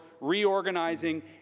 reorganizing